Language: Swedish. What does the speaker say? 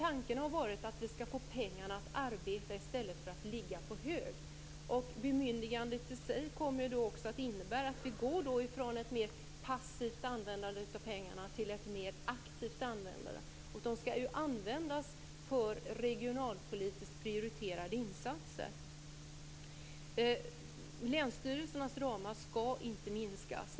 Tanken har varit att vi skall få pengarna att arbeta i stället för att ligga på hög. Bemyndigandet i sig kommer att innebära att vi går från ett mer passivt användande av pengarna till ett mer aktivt. De skall ju användas för regionalpolitiskt prioriterade insatser. Länsstyrelsernas ramar skall inte minskas.